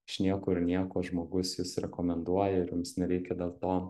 iš niekur nieko žmogus jus rekomenduoja ir jums nereikia dėl to